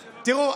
אדוני.